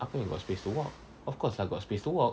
apa yang got space to walk of course lah got space to walk